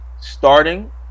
starting